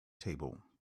table